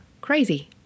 crazy